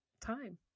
time